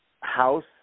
house